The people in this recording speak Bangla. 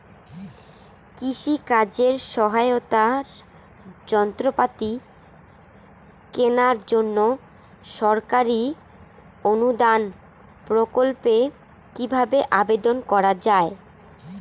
কৃষি কাজে সহায়তার যন্ত্রপাতি কেনার জন্য সরকারি অনুদান প্রকল্পে কীভাবে আবেদন করা য়ায়?